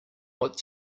what